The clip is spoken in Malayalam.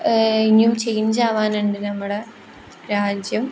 ഇനിയും ചേഞ്ച് ആവാനുണ്ട് നമ്മുടെ രാജ്യം